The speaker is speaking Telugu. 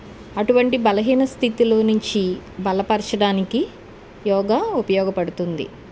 అటువంటి బలహీన స్థితిలో నుంచి బలపరచడానికి యోగా ఉపయోగపడుతుంది